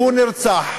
שהוא נרצח.